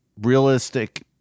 realistic